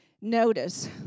Notice